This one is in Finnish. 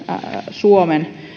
suomen